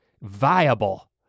viable